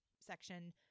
section